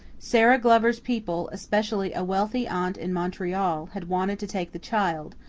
sara glover's people, especially a wealthy aunt in montreal, had wanted to take the child,